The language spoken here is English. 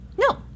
No